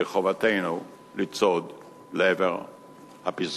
וחובתנו לצעוד לעבר הפסגה.